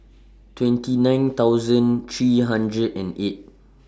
twenty nine thousand three hundred and eight